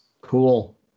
Cool